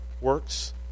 works